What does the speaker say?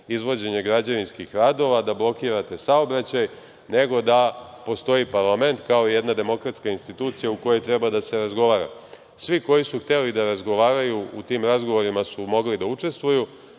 izvođenje građevinskih radova, da blokirate saobraćaj, nego da postoji parlament kao jedna demokratska institucija u kojoj treba da se razgovara. Svi koji su hteli da razgovaraju u tim razgovorima su mogli da učestvuju,